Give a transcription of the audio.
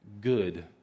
Good